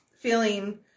feeling